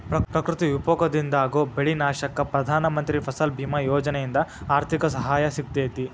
ಪ್ರಕೃತಿ ವಿಕೋಪದಿಂದಾಗೋ ಬೆಳಿ ನಾಶಕ್ಕ ಪ್ರಧಾನ ಮಂತ್ರಿ ಫಸಲ್ ಬಿಮಾ ಯೋಜನೆಯಿಂದ ಆರ್ಥಿಕ ಸಹಾಯ ಸಿಗತೇತಿ